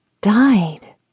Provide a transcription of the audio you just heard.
died